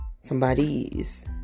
somebody's